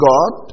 God